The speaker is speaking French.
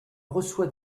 reçoit